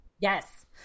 yes